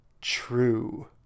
True